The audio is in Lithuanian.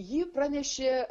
ji pranešė